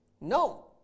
No